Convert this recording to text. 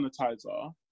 sanitizer